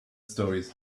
stories